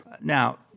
now